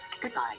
Goodbye